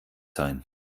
sein